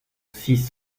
six